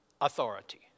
authority